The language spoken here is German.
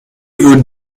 würden